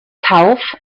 kauf